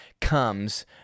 comes